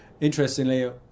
interestingly